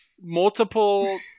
multiple